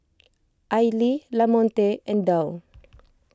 Aili Lamonte and Dow